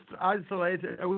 isolated